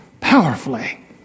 powerfully